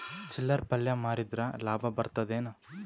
ಚಿಲ್ಲರ್ ಪಲ್ಯ ಮಾರಿದ್ರ ಲಾಭ ಬರತದ ಏನು?